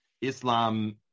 Islam